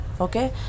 okay